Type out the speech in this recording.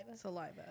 saliva